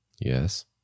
yes